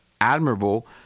admirable